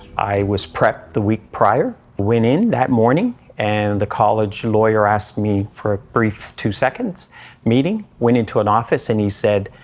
i was prepped the week prior, went in that morning and the college lawyer asked me for a brief two seconds' meeting, went into an office, and he said,